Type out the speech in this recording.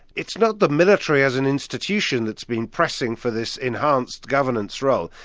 it's not the military as an institution that's been pressing for this enhanced governance role,